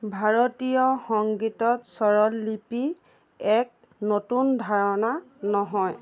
ভাৰতীয় সংগীতত স্বৰলিপি এক নতুন ধাৰণা নহয়